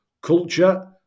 culture